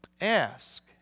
Ask